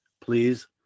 please